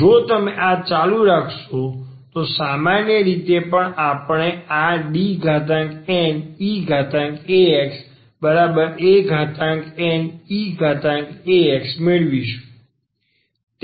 જો તમે આ ચાલુ રાખશો તો સામાન્ય રીતે પણ આપણે આ Dneaxaneax મેળવીશું